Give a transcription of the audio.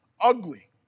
Ugly